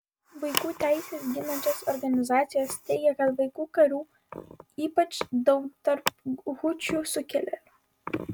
vaikų teises ginančios organizacijos teigia kad vaikų karių ypač daug tarp hučių sukilėlių